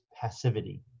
passivity